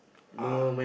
uh